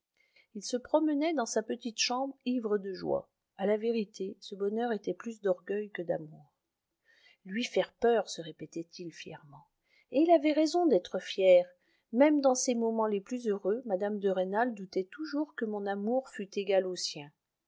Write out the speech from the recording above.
il se promenait dans sa petite chambre ivre de joie a la vérité ce bonheur était plus d'orgueil que d'amour lui faire peur se répétait-il fièrement et il avait raison d'être fier même dans ses moments les plus heureux mme de rênal doutait toujours que mon amour fût égal au sien